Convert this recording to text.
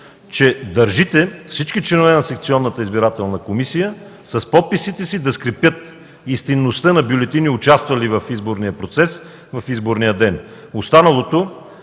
че държите всички членове на секционната избирателна комисия с подписите си да скрепят истинността на бюлетини, участвали в изборния процес в изборния ден. Останалото